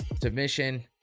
submission